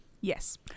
Yes